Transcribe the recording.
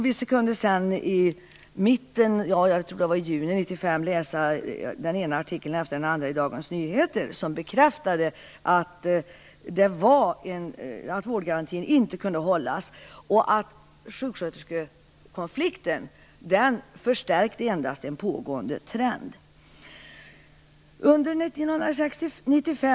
Vi kunde sedan, jag tror att det var i juni 1995, läsa den ena artikeln efter den andra i Dagens Nyheter som bekräftade att vårdgarantin inte kunde hållas, och att sjuksköterskekonflikten endast förstärkte en pågående trend.